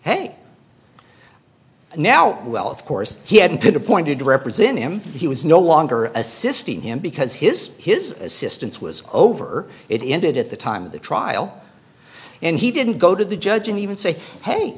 hey now well of course he had been appointed to represent him he was no longer assisting him because his his assistance was over it ended at the time of the trial and he didn't go to the judge and even say hey